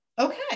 okay